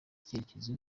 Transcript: icyerekezo